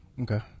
Okay